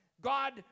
God